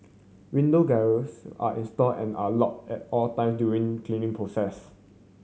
window grilles are installed and are lock at all time during cleaning process